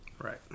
Right